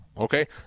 Okay